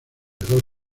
dos